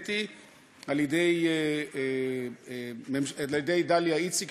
התמניתי על-ידי דליה איציק,